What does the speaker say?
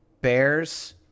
Bears